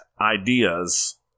ideas